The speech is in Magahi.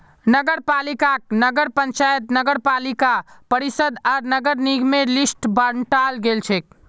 नगरपालिकाक नगर पंचायत नगरपालिका परिषद आर नगर निगमेर लिस्टत बंटाल गेलछेक